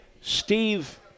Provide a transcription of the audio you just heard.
Steve